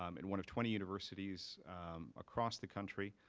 um and one of twenty universities across the country.